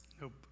Nope